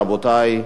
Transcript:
רבותי,